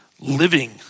living